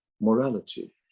morality